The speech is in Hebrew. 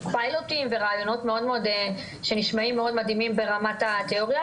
פיילוטים ורעיונות שנשמעים מאוד מדהימים ברמת התאוריה,